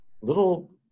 little